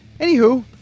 Anywho